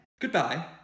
Goodbye